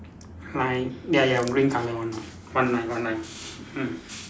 line ya ya green colour one ah one line one line mm